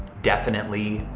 definitely.